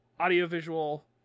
audiovisual